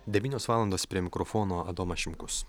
devynios valandos prie mikrofono adomas šimkus